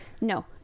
no